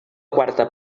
quarta